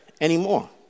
anymore